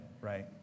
right